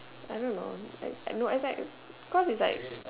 I don't know its like cause its like